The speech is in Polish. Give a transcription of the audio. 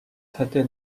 tedy